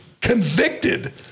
convicted